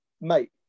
Mate